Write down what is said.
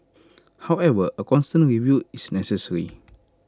however A constant review is necessary